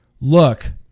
look